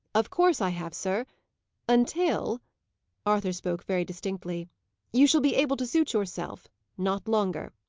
of course i have, sir until arthur spoke very distinctly you shall be able to suit yourself not longer.